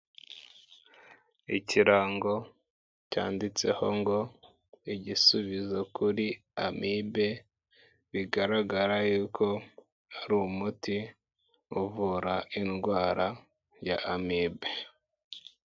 Ikirango cyanditseho ngo igisubizo kuri amibe, bigaragara yuko ari umuti uvura indwara y'amibe.